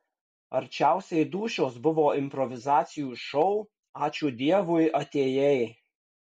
arčiausiai dūšios buvo improvizacijų šou ačiū dievui atėjai